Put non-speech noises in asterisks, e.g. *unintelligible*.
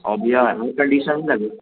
और भैया room condition *unintelligible*